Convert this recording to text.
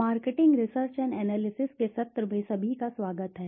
marketing research and analysis के सत्र में सभी का स्वागत है